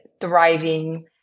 thriving